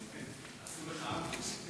עשו לך אמבוש.